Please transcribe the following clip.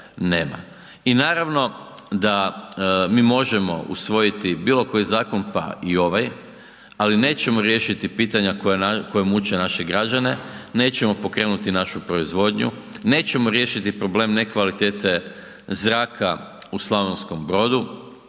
I naravno da mi možemo usvojiti bilo koji zakon, pa i ovaj, ali nećemo riješiti pitanja koja muče naše građane, nećemo pokrenuti našu proizvodnju, nećemo riješiti problem nekvalitete zraka u Slavonskom Brodu,